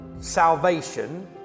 salvation